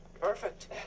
Perfect